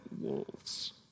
Wolves